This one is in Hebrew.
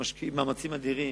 שמשקיעים מאמצים אדירים